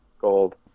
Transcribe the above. gold